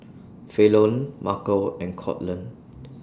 Falon Marco and Courtland